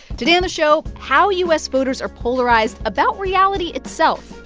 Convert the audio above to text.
today on the show, how u s. voters are polarized about reality itself.